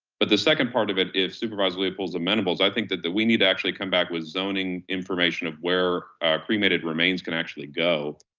but the second part of it if supervisor leopold's amenable, is i think that that we need to actually come back with zoning information of where cremated remains can actually go.